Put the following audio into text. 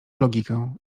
logikę